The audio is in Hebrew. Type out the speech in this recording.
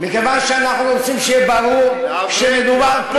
מכיוון שאנחנו רוצים שיהיה ברור שמדובר פה,